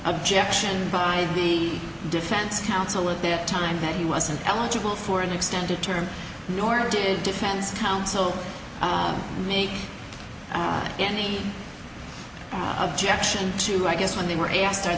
objection by the defense counsel at that time that he wasn't eligible for an extended term nor did defense counsel make any objection to i guess when they were